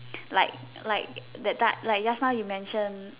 like like that time like just now you mention